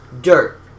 dirt